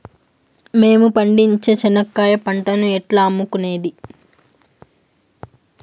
మేము పండించే చెనక్కాయ పంటను ఎట్లా అమ్ముకునేది?